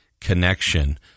connection